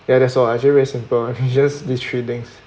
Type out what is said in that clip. ya that's all actually very simple it's just these three things